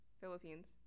Philippines